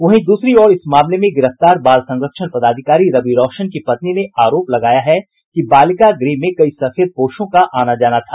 वहीं दूसरी ओर इस मामले में गिरफ्तार बाल संरक्षण पदाधिकारी रवि रौशन की पत्नी ने आरोप लगाया है कि बालिका गृह में कई सफेदपोशों का आना जाना था